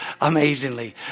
amazingly